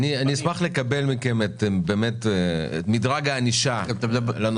אשמח לקבל מכם את מדרג הענישה בנושא.